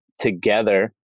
together